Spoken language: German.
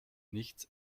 nichts